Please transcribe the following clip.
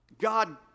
God